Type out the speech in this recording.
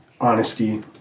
honesty